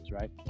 right